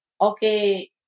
okay